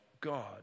God